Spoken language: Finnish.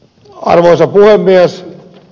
arvoisa puhemies